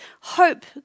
hope